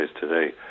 today